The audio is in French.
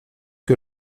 que